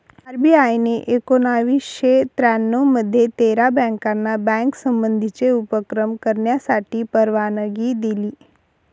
RBI ने एकोणावीसशे त्र्यानऊ मध्ये तेरा बँकाना बँक संबंधीचे उपक्रम करण्यासाठी परवानगी दिली